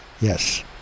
Yes